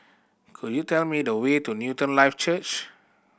could you tell me the way to Newton Life Church